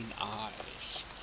eyes